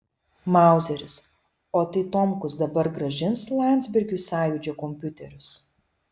mauzeris o tai tomkus dabar grąžins landsbergiui sąjūdžio kompiuterius